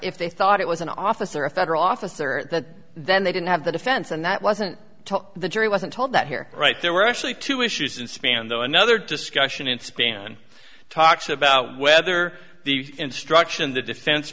if they thought it was an officer a federal officer then they didn't have the defense and that wasn't the jury wasn't told that here right there were actually two issues in span though another discussion inspan talks about whether the instruction the defen